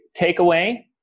takeaway